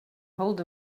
hold